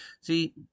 See